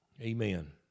Amen